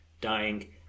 dying